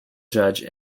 judge